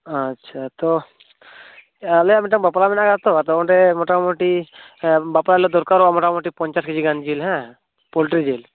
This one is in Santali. ᱟᱪᱪᱷᱟ ᱛᱚ ᱟᱞᱮᱭᱟᱜ ᱢᱤᱫᱴᱟᱝ ᱵᱟᱯᱞᱟ ᱢᱮᱱᱟᱜᱼᱟ ᱛᱚ ᱚᱸᱰᱮ ᱢᱚᱴᱟᱢᱩᱴᱤ ᱵᱟᱯᱞᱟ ᱨᱮᱞᱮ ᱫᱚᱨᱠᱟᱨᱚᱜᱼᱟ ᱢᱚᱴᱟᱢᱩᱴᱤ ᱯᱚᱸᱧᱪᱟᱥ ᱠᱤᱡᱤ ᱜᱟᱱ ᱡᱤᱞ ᱦᱮᱸ ᱯᱚᱞᱴᱨᱤ ᱡᱤᱞ